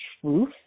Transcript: truth